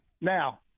Now